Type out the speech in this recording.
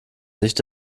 nicht